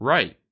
Right